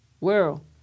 world